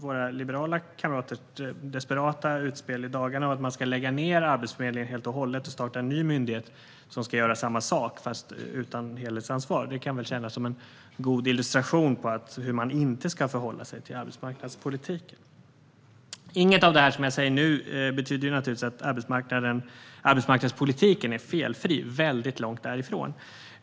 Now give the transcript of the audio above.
Våra liberala kamraters desperata utspel i dagarna om att lägga ned Arbetsförmedlingen helt och hållet och starta en ny myndighet som ska göra samma sak fast utan helhetsansvar kan tjäna som en god illustration om hur man inte ska förhålla sig till arbetsmarknadspolitiken. Inget av det som jag säger nu betyder att arbetsmarknadspolitiken är felfri - långt därifrån.